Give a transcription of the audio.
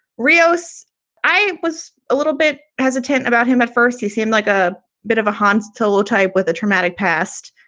rios i was a little bit hesitant about him at first. he seemed like a bit of a hands to leo type with a traumatic past.